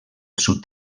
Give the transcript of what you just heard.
sud